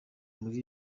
muri